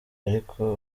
ariko